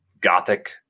gothic